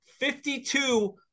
52